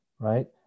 Right